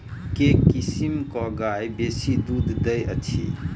केँ किसिम केँ गाय बेसी दुध दइ अछि?